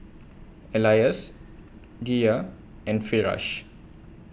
Elyas Dhia and Firash